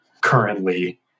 currently